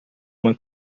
uma